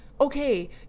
okay